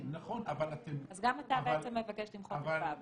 אז גם אתה מבקש למחוק את (ו).